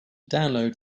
download